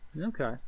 Okay